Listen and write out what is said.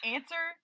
Answer